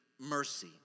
Mercy